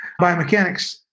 biomechanics